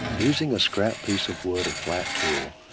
using a scrap piece of wood or flat tool,